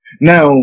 Now